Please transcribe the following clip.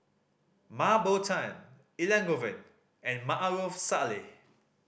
Mah Bow Tan Elangovan and Maarof Salleh